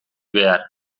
behar